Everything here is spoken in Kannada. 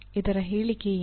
ಇದರ ಹೇಳಿಕೆ ಏನು